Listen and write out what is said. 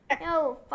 no